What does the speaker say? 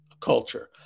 culture